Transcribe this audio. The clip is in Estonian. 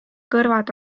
kõrvad